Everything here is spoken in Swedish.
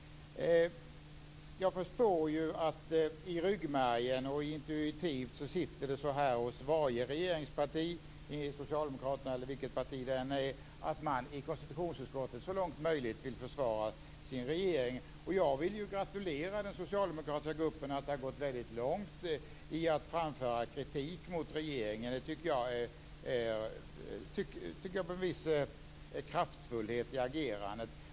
Jag förstår ju att det hos varje regeringsparti - det socialdemokratiska partiet eller vilket parti det än är fråga om - sitter i ryggmärgen och intuitivt att man i konstitutionsutskottet så långt som möjligt vill försvara sin regering. Och jag vill ju gratulera den socialdemokratiska gruppen till att ha gått väldigt långt när det gäller att framföra kritik mot regeringen. Det tycker jag tyder på viss kraftfullhet i agerandet.